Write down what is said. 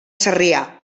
sarrià